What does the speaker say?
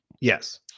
yes